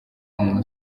umuntu